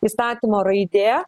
įstatymo raidė